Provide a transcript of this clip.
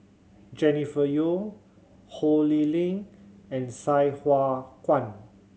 Jennifer Yeo Ho Lee Ling and Sai Hua Kuan